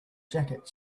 jacket